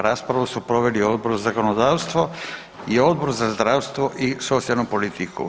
Raspravu su proveli Odbor za zakonodavstvo i Odbor za zdravstvo i socijalnu politiku.